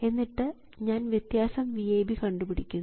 എന്നിട്ട് ഞാൻ വ്യത്യാസം VAB കണ്ടുപിടിക്കുന്നു